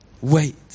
wait